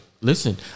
Listen